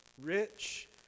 rich